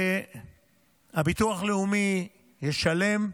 והביטוח הלאומי ישלם.